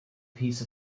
piece